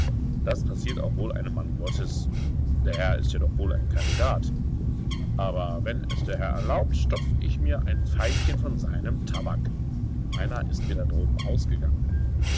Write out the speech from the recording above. das passiert auch wohl einem mann gottes der herr ist ja doch wohl ein kandidat aber wenn es der herr erlaubt stopf ich mir ein pfeifchen von seinem tabak meiner ist mir da droben ausgegangen